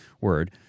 word